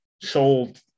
Sold